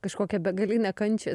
kažkokią begalinę kančią